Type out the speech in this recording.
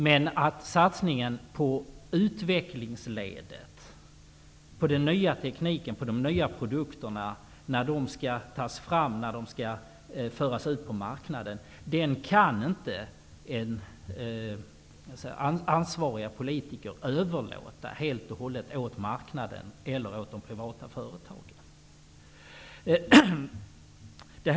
Men satsningen på utvecklingsledet, den nya tekniken och de nya produkter som skall tas fram och föras ut på marknaden, kan inte ansvariga politiker överlåta helt och hållet åt marknaden eller åt de privata företagen.